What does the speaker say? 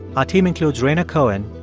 our team includes rhaina cohen,